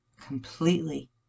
Completely